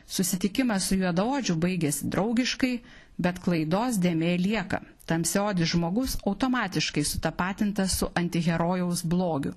susitikimas su juodaodžiu baigėsi draugiškai bet klaidos dėmė lieka tamsiaodis žmogus automatiškai sutapatintas su antiherojaus blogiu